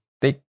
Thick